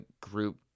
group